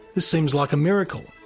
this seems like a miracle,